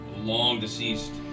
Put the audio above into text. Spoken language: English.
long-deceased